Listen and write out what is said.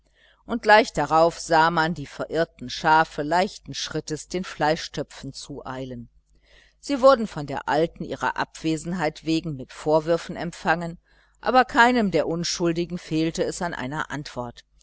und gleich darauf sah man die verirrten schafe leichten schrittes den fleischtöpfen zueilen sie wurden von der alten ihrer abwesenheit wegen mit vorwürfen empfangen aber keinem der unschuldigen fehlte es an einer antwort